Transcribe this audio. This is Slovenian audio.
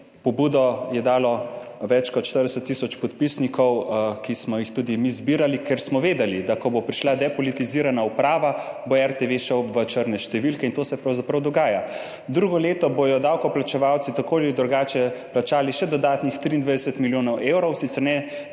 pobudo je dalo več kot 40 tisoč podpisnikov, ki smo jih tudi mi zbirali, ker smo vedeli, da ko bo prišla depolitizirana uprava, bo RTV šel v črne številke. In to se pravzaprav dogaja. Drugo leto bodo davkoplačevalci tako ali drugače plačali še dodatnih 23 milijonov evrov, sicer ne